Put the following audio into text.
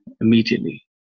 immediately